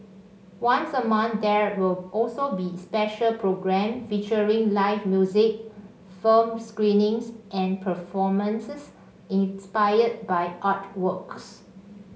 once a month there will also be a special programme featuring live music film screenings and performances inspired by artworks